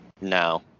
No